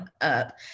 up